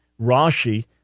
Rashi